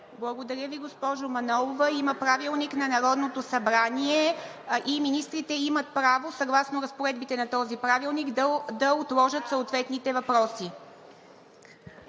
Благодаря Ви, госпожо Манолова. Има Правилник на Народното събрание и министрите имат право съгласно разпоредбите на този правилник да отложат съответните въпроси.